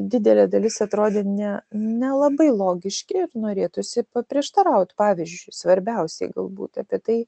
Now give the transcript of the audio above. didelė dalis atrodė ne nelabai logiški ir norėtųsi paprieštaraut pavyzdžiui svarbiausiai galbūt apie tai